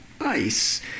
ice